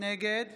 נגד